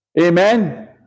Amen